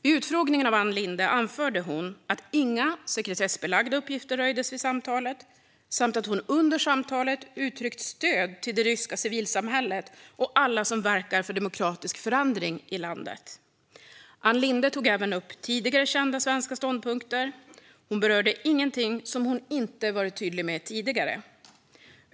Vid utfrågningen med Ann Linde anförde hon att inga sekretessbelagda uppgifter röjts vid samtalet samt att hon under samtalet uttryckt stöd för det ryska civilsamhället och alla som verkar för demokratisk förändring i landet. Ann Linde tog även upp tidigare kända svenska ståndpunkter. Hon berörde ingenting som hon inte varit tydlig med tidigare.